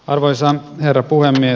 arvoisa herra puhemies